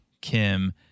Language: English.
Kim